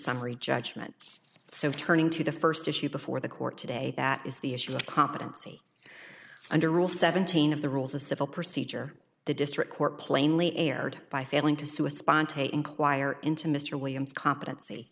summary judgment so turning to the first issue before the court today that is the issue of competency under rule seventeen of the rules of civil procedure the district court plainly erred by failing to sue a spontaneous inquire into mr williams competency